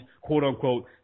quote-unquote